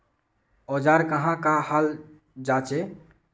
औजार कहाँ का हाल जांचें?